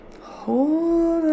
Hold